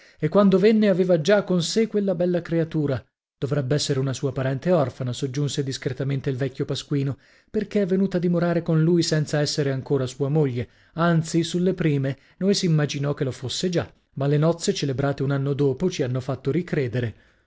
e quando venne aveva giù con sè quella bella creatura dovrebb'essere una sua parente orfana soggiunse discretamente il vecchio pasquino perchè è venuta a dimorare con lui senza essere ancora sua moglie anzi sulle prime noi s'immaginò che lo fosse già ma le nozze celebrate un anno dopo ci hanno fatto ricredere